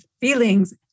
feelings